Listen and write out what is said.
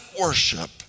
worship